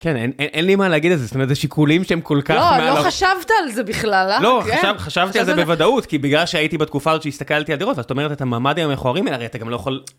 כן, אין לי מה להגיד על זה, זאת אומרת, זה שיקולים שהם כל כך מעל... לא, לא חשבת על זה בכלל, אה? לא, חשבתי על זה בוודאות, כי בגלל שהייתי בתקופה הזאת שהסתכלתי על דירות, ואת אומרת, את הממ"דים המכוערים האלה, הרי אתה גם לא יכול...